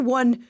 one